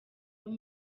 bari